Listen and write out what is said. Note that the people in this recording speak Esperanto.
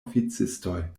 oficistoj